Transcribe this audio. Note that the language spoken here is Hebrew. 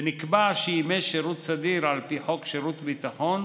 ונקבע שימי שירות סדיר על פי חוק שירות ביטחון